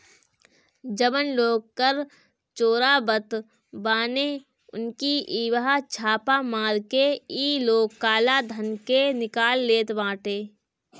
जवन लोग कर चोरावत बाने उनकी इहवा छापा मार के इ लोग काला धन के निकाल लेत बाटे